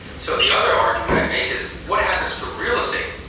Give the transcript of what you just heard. so the other argument i make is what happens to real estate?